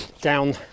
down